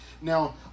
Now